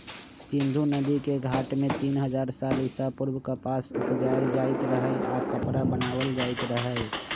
सिंधु नदिके घाट में तीन हजार साल ईसा पूर्व कपास उपजायल जाइत रहै आऽ कपरा बनाएल जाइत रहै